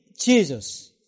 Jesus